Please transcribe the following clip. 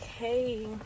okay